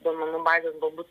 duomenų bazės galbūt